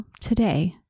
Today